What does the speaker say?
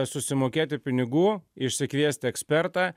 susimokėti pinigų išsikviesti ekspertą